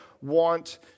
want